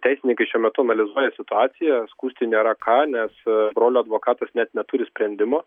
teisininkai šiuo metu analizuoja situaciją skųsti nėra ką nes brolio advokatas net neturi sprendimo